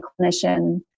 clinician